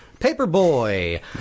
Paperboy